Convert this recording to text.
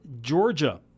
Georgia